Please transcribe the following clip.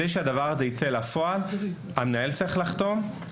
מנת שהדבר הזה יצא לפועל, המנהל צריך לחתום,